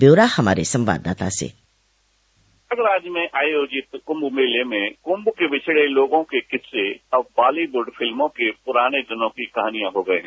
ब्यौरा हमारे संवाददाता से प्रयागराज में आयोजित कुंभ मेले में कुंभ के बिछड़े लोगों के किस्से अब बॉलीवुड फिल्मों के पुराने दिनों की कहानियां हो गये हैं